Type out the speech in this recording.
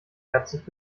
herzlich